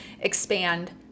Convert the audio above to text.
expand